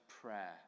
prayer